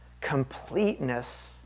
completeness